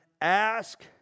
ask